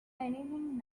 anything